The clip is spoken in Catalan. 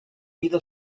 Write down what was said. vida